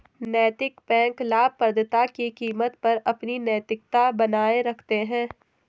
नैतिक बैंक लाभप्रदता की कीमत पर अपनी नैतिकता बनाए रखते हैं